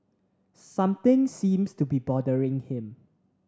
something seems to be bothering him